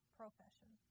profession